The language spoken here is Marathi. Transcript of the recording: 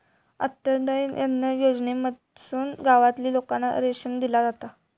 अंत्योदय अन्न योजनेमधसून गावातील लोकांना रेशन दिला जाता